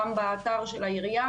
גם באתר של העירייה